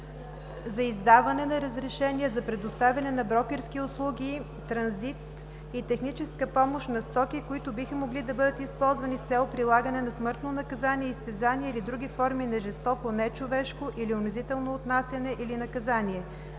за издаване на разрешения за предоставяне на брокерски услуги, транзит и техническа помощ на стоки, които биха могли да бъдат използвани с цел прилагане на смъртно наказание, изтезания или други форми на жестоко, нечовешко или унизително отнасяне или наказание.